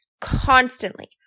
constantly